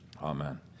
Amen